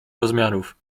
rozmiarów